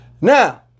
Now